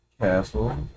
castle